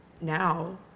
now